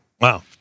Wow